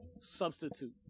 substitute